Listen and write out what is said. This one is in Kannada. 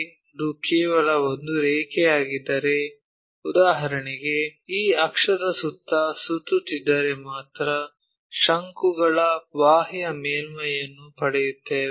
ಅದು ಕೇವಲ ಒಂದು ರೇಖೆಯಾಗಿದ್ದರೆ ಉದಾಹರಣೆಗೆ ಈ ಅಕ್ಷದ ಸುತ್ತ ಸುತ್ತುತ್ತಿದ್ದರೆ ಮಾತ್ರ ಶಂಕುಗಳ ಬಾಹ್ಯ ಮೇಲ್ಮೈಯನ್ನು ಪಡೆಯುತ್ತೇವೆ